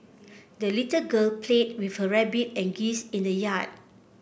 the little girl played with her rabbit and geese in the yard